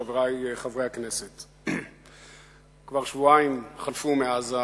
חבר הכנסת נחמן שי,